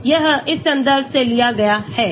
यह इस संदर्भ से लिया गया है